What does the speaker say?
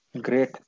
Great